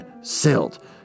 silt